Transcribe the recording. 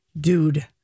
Dude